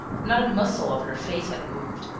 not a muscle of her face had moved,